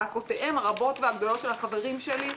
זעקותיהם הרבות והגדולות של החברים שלי.